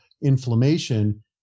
inflammation